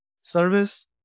service